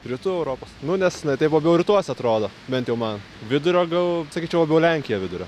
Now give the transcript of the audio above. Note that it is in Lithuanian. rytų europos nu nes jinai taip labiau rytuose atrodo bent jau ma vidurio gal sakyčiau labiau lenkija vidurio